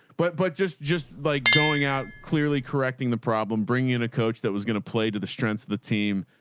but, but just, just like going out clearly correcting the problem, bringing in a coach that was going to play to the strengths of the team.